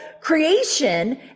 creation